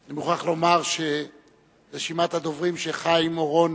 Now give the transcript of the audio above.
אני מוכרח לומר שרשימת הדוברים שחיים אורון